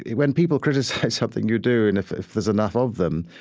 when people criticize something you do and if if there's enough of them,